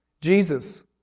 Jesus